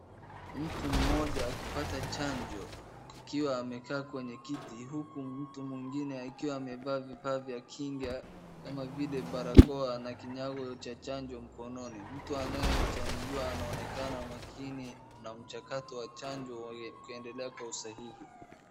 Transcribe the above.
Mtu mmoja akipata chanjo tukiwa amekaa kwenye kiti huku mtu mwingine akiwa amevaa vifaa vya kinga kama vile barakoa na kinyago cha chanjo mkononi. Mtu anayemchanjua anaonekana makini na mchakato wa chanjo ukiendelea kwa usahihi.